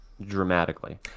dramatically